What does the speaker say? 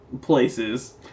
places